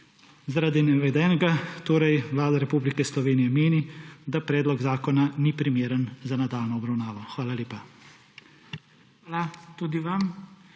Zaradi navedenega torej Vlada Republike Slovenije meni, da predlog zakona ni primeren za nadaljnjo obravnavo. Hvala lepa. PODPREDESDNIK